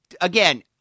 again